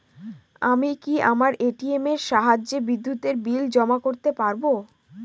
আমি কি আমার এ.টি.এম এর সাহায্যে বিদ্যুতের বিল জমা করতে পারব?